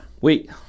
Wait